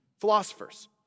Philosophers